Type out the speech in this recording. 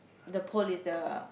the pole is the